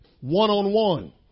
One-on-one